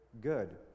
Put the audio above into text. good